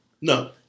No